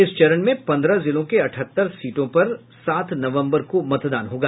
इस चरण में पंद्रह जिलों के अठहत्तर सीटों पर सात नवंबर को मतदान होगा